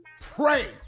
Pray